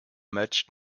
matched